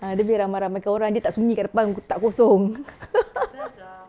ah dia boleh ramai-ramaikan orang dia tak sunyi kat depat tak kosong